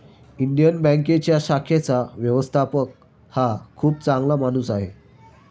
Indian बँकेच्या शाखेचा व्यवस्थापक हा खूप चांगला माणूस आहे